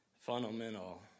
fundamental